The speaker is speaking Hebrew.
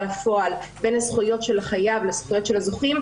לפועל בין הזכויות של חייב לזכויות של הזוכים,